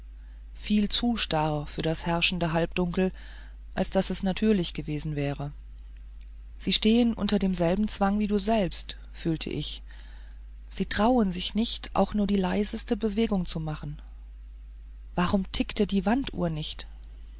viel zu starr für das herrschende halbdunkel als daß es natürlich gewesen wäre sie stehen unter demselben zwang wie du selbst fühlte ich sie trauen sich nicht auch nur die leiseste bewegung zu machen warum tickt die wanduhr nicht